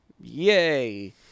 yay